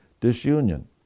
disunion